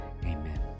Amen